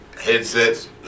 headsets